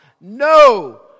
No